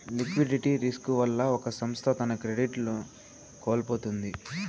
liquidity risk వల్ల ఒక సంస్థ తన క్రెడిట్ ను కోల్పోతుంది